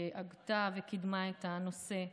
שהגתה וקידמה את הנושא,